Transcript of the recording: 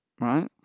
right